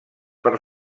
per